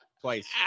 twice